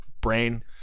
brain